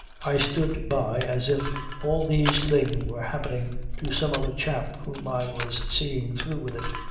i stood by as if all these things were happening to some other chap whom i was seeing through with it.